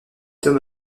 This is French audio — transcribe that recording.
homme